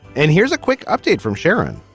and here's a quick update from sharon